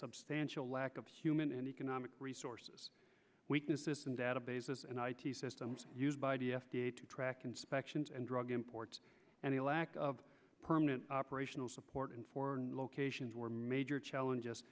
substantial lack of human and economic resources weaknesses in databases and i t systems used by the f d a to track inspections and drug imports and the lack of permanent operational support in foreign locations were major challenges